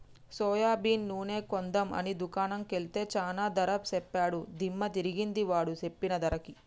soybean నూనె కొందాం అని దుకాణం కెల్తే చానా ధర సెప్పాడు దిమ్మ దిరిగింది వాడు సెప్పిన ధరకి